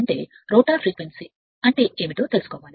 అంటే rotor frequency అంటే ఏమిటో తెలుసుకోవాలి